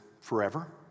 forever